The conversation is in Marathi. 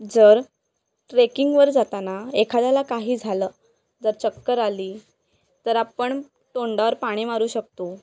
जर ट्रेकिंगवर जाताना एखाद्याला काही झालं जर चक्कर आली तर आपण तोंडावर पाणी मारू शकतो